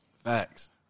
Facts